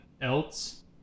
else